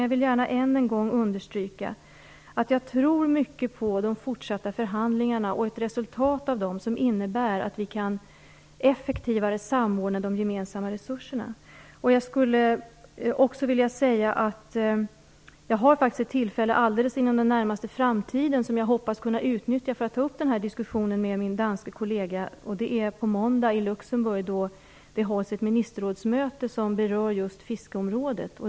Jag vill gärna än en gång understryka att jag tror mycket på de fortsatta förhandlingarna, och ett resultat av dessa som innebär att vi effektivare kan samordna de gemensamma resurserna. Jag har ett tillfälle inom den allra närmaste framtiden som jag hoppas kunna utnyttja för att ta upp denna diskussion med min danska kollega. Det är på måndag i Luxemburg, då det skall hållas ett ministerrådsmöte som berör just fiskeområdet.